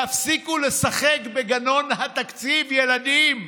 תפסיקו לשחק בגנון התקציב, ילדים.